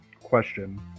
Question